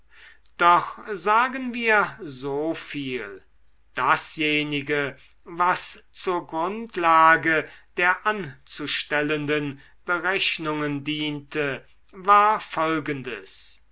doch sagen wir soviel dasjenige was zur grundlage der anzustellenden berechnungen diente war folgendes